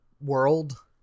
world